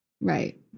Right